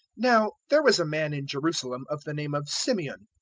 now there was a man in jerusalem of the name of symeon,